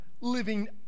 living